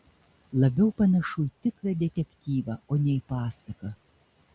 labiau panašu į tikrą detektyvą o ne pasaką